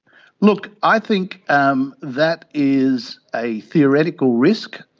look, i think um that is a theoretical risk.